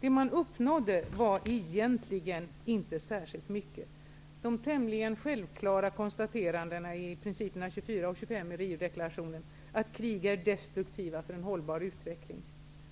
Det som uppnåddes var egentligen inte särskilt mycket. Det var fråga om tämligen självklara konstateranden i principerna 24 och 25 i Riodeklarationen att krig är destruktiva för en hållbar utveckling